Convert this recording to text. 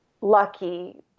lucky